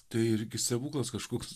tai irgi stebuklas kažkoks